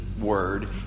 word